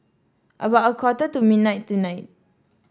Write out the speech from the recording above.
about a quarter to midnight tonight